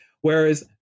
whereas